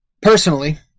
Personally